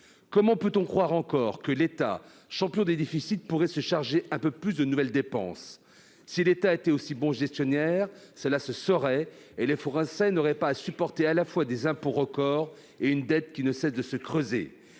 Comment peut-on croire encore que l'État, champion des déficits, pourrait se charger de nouvelles dépenses ? S'il était aussi bon gestionnaire, cela se saurait, et les Français n'auraient pas à supporter à la fois des impôts record et une dette qui ne cesse de se creuser.